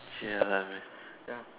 ya that man